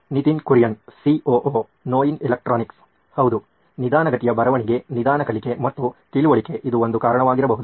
Nitin Kurian COO ನೋಯಿನ್ electronics ಹೌದು ನಿಧಾನಗತಿಯ ಬರವಣಿಗೆ ನಿಧಾನ ಕಲಿಕೆ ಮತ್ತು ತಿಳುವಳಿಕೆ ಇದು ಒಂದು ಕಾರಣವಾಗಿರಬಹುದು